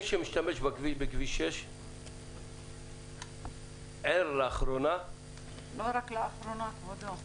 מי שמשתמש בכביש 6 ער לאחרונה --- לא רק לאחרונה כבודו.